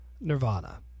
Nirvana